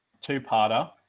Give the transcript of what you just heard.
two-parter